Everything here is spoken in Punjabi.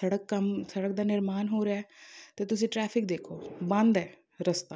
ਸੜਕ ਕੰਮ ਸੜਕ ਦਾ ਨਿਰਮਾਣ ਹੋ ਰਿਹਾ ਅਤੇ ਤੁਸੀਂ ਟਰੈਫਿਕ ਦੇਖੋ ਬੰਦ ਹੈ ਰਸਤਾ